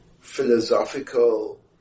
philosophical